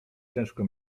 ciężko